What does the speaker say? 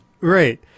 Right